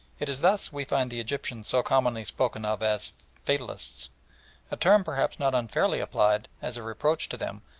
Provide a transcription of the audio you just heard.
it is thus we find the egyptians so commonly spoken of as fatalists a term perhaps not unfairly applied as a reproach to them,